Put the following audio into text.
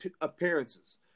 appearances